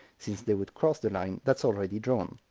since they would cross the line that's already drawn,